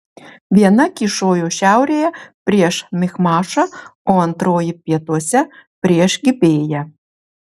viena kyšojo šiaurėje prieš michmašą o antroji pietuose prieš gibėją